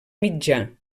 mitjà